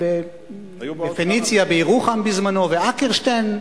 ב"פניציה" בירוחם בזמנו ו"אקרשטיין",